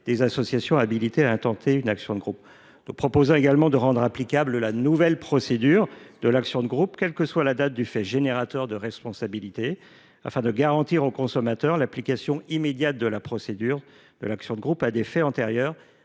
des associations habilitées à intenter une action de groupe. Nous proposons également de rendre applicable la nouvelle procédure de l’action de groupe, quelle que soit la date du fait générateur de responsabilité, afin de garantir aux consommateurs l’application immédiate de la procédure aux faits antérieurs